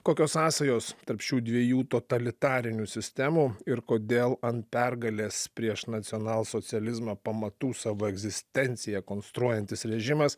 kokios sąsajos tarp šių dviejų totalitarinių sistemų ir kodėl ant pergalės prieš nacionalsocializmą pamatų savo egzistenciją konstruojantis režimas